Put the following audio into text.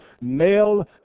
male